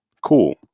Cool